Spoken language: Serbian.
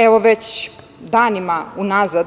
Evo, već danima unazad